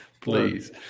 Please